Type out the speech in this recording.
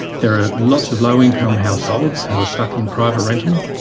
there are lots of low income households who are stuck in private rental,